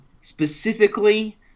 specifically